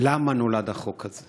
למה נולד החוק הזה